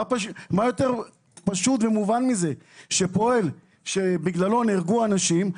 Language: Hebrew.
מה יותר פשוט ומובן מזה שפועל שנהרגו בגללו אנשים,